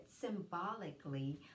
symbolically